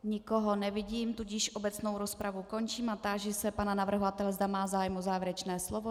Nikoho nevidím, tudíž obecnou rozpravu končím a táži se pana navrhovatele, zda má zájem o závěrečné slovo.